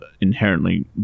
inherently